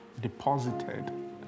deposited